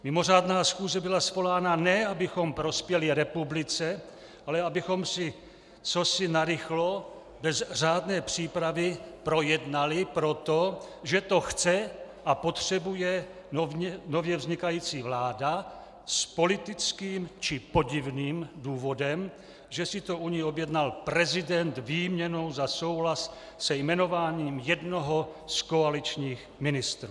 Mimořádná schůze byla svolána, ne abychom prospěli republice, ale abychom si cosi narychlo, bez řádné přípravy projednali proto, že to chce a potřebuje nově vznikající vláda s politickým či podivným důvodem, že si to u ní objednal prezident výměnou za souhlas se jmenováním jednoho z koaličních ministrů.